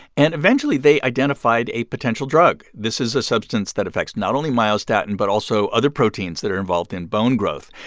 and eventually they identified a potential drug. this is a substance that affects not only myostatin but also other proteins that are involved in bone growth.